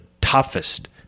toughest